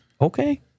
Okay